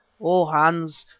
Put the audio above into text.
oh! hans,